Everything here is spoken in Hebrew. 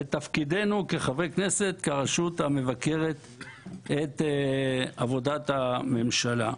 בתפקידנו כחברי כנסת ברשות המבקרת את עבודת הממשלה.